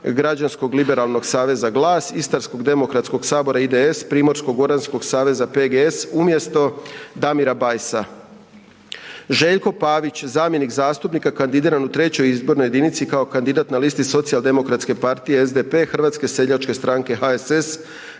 Građansko liberalnog saveza, GLAS, Istarskog demokratskog sabora, IDS, Primorsko goranskog saveza, PGS umjesto Damira Bajsa; Željko Pavić, zamjenik zastupnika kandidiran u 3. izbornoj jedinici kao kandidat na listi Socijaldemokratske partije, SDP, Hrvatske seljačke stranke, HSS,